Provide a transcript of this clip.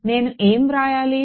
నేను ఏం వ్రాయాలి